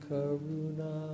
Karuna